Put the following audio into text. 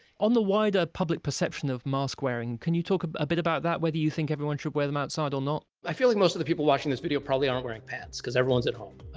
on the wider public perception of mask wearing, can you talk a bit about that? whether you think everyone should wear them outside or not? i feel like most of the people watching this video probably aren't wearing pants, because everyone's at home.